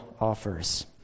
offers